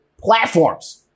platforms